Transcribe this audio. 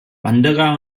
wanderer